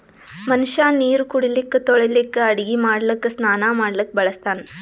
ಮನಷ್ಯಾ ನೀರು ಕುಡಿಲಿಕ್ಕ ತೊಳಿಲಿಕ್ಕ ಅಡಗಿ ಮಾಡ್ಲಕ್ಕ ಸ್ನಾನಾ ಮಾಡ್ಲಕ್ಕ ಬಳಸ್ತಾನ್